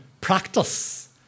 practice